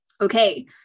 Okay